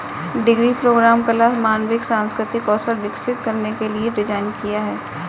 degree program कला, मानविकी, सांस्कृतिक कौशल विकसित करने के लिए डिज़ाइन किया है